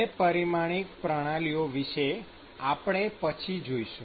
બે પરિમાણિક પ્રણાલીઓ વિષે આપણે પછી જોઈશું